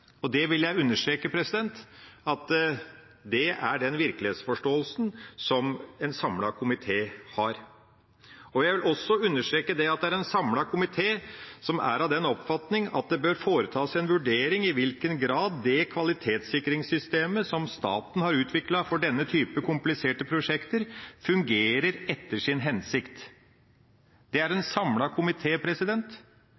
alene. Jeg vil understreke at det er den virkelighetsforståelsen som en samlet komité har. Jeg vil også understreke at det er en samlet komité som «er av den oppfatning at det bør foretas en vurdering av i hvilken grad det kvalitetssikringssystemet som staten har utviklet for denne type kompliserte prosjekter, fungerer etter sin hensikt». Det er altså en